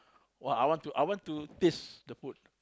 !wah! I want to I want to taste the food